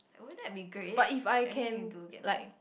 won't that be great anything you do get like